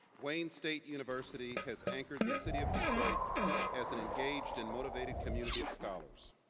wayne state university has anchored the city of detroit as an engaged and motivated community of scholars.